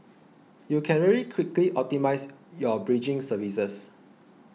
you can very quickly optimise your bridging services